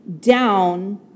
down